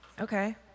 Okay